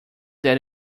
that